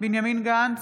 בנימין גנץ,